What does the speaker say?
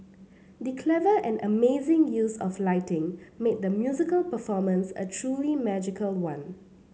the clever and amazing use of lighting made the musical performance a truly magical one